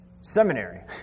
seminary